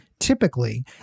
Typically